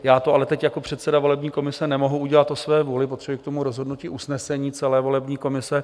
Já to ale teď jako předseda volební komise nemohu udělat o své vůli, potřebuji k tomu rozhodnutí usnesení celé volební komise.